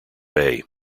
bay